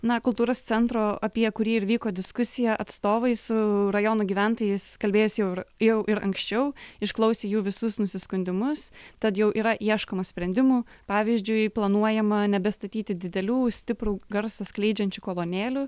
na kultūros centro apie kurį ir vyko diskusija atstovai su rajono gyventojais kalbėjos jau ir jau ir anksčiau išklausė jų visus nusiskundimus tad jau yra ieškoma sprendimų pavyzdžiui planuojama nebestatyti didelių stiprų garsą skleidžiančių kolonėlių